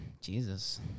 Jesus